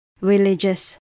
Religious